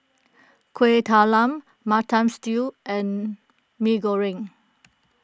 Kueh Talam Mutton Stew and Mee Goreng